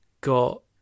got